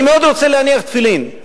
אני מאוד רוצה להניח תפילין.